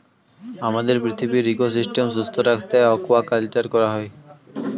আমাদের পৃথিবীর ইকোসিস্টেম সুস্থ রাখতে অ্য়াকুয়াকালচার করা হয়